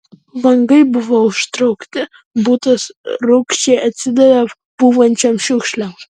langai buvo užtraukti butas rūgščiai atsidavė pūvančiom šiukšlėm